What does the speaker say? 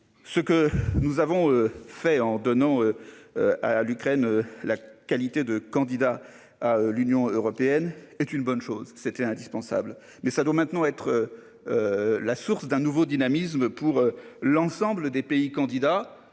Ce que nous avons fait en donnant. À l'Ukraine, la qualité de candidat à l'Union européenne est une bonne chose. C'était indispensable mais ça doit maintenant être. La source d'un nouveau dynamisme pour l'ensemble des pays candidats,